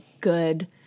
good